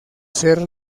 ser